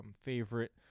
favorite